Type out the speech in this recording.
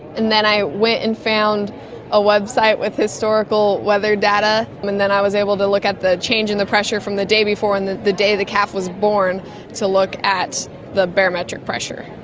and then i went and found a website with historical weather data and then i was able to look at the change in the pressure from the day before and the the day the calf was born to look at the barometric pressure.